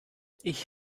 ich